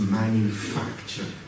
manufacture